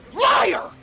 liar